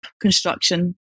construction